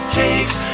takes